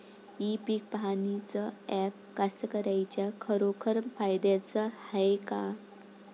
इ पीक पहानीचं ॲप कास्तकाराइच्या खरोखर फायद्याचं हाये का?